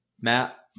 Matt